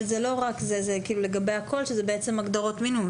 אבל זה לא רק זה זה לגבי הכול שזה הגדרות מינימום,